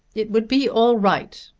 it would be all right,